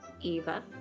Eva